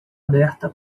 aberta